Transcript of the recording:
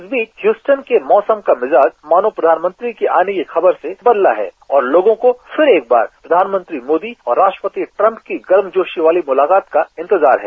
इस बीच ह्यूस्टीन के मौसम का मिजाज मानो प्रधानमंत्री के आने की खबर से बदला है और लोगों को फिर एक बार प्रधानमंत्री मोदी और राष्ट्रपति ट्रंप की गर्मजोशी वाली मुलाकात का इंतजार है